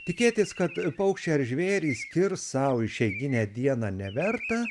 tikėtis kad paukščiai ar žvėrys skirs sau išeiginę dieną neverta